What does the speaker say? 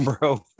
bro